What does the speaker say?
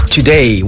Today